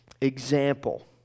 example